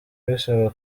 bisaba